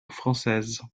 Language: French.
française